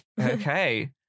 Okay